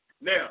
Now